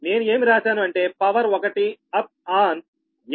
నేను ఏమి రాశాను అంటే పవర్ 1 అప్ ఆన్ mn